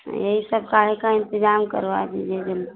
यही सब कार्य का इंतजाम करवा दीजिए जल्दी